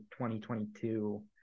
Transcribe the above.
2022